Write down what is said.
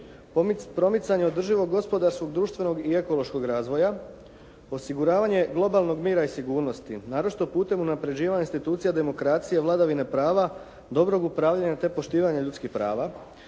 promicanje održivog gospodarskog, društvenog i ekološkog razvoja, osiguravanje globalnog mira i sigurnosti naročito putem unapređivanja institucija demokracije vladavine prava, dobrog upravljanja te poštivanja ljudskih prava,